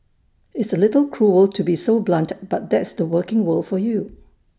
it's A little cruel to be so blunt but that's the working world for you